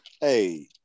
Hey